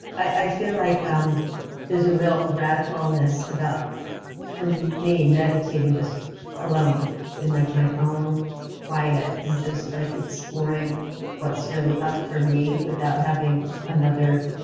i feel like um there's a real radicalness about for me meditating just alone in like my own quiet, and just like exploring what's really up for me without having another